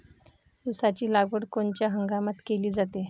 ऊसाची लागवड कोनच्या हंगामात केली जाते?